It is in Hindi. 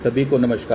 सभी को नमस्कार